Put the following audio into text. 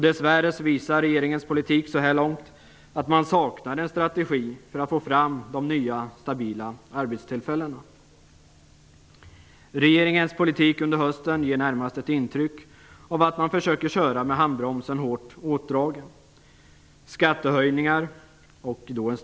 Dess värre visar regeringens politik så här långt att man saknar en strategi för att få fram de nya stabila arbetstillfällena. Regeringens politik under hösten ger närmast ett intryck av att man försöker köra med handbromsen hårt åtdragen.